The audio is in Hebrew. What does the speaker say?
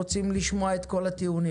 נרצה לשמוע את כל הטיעונים.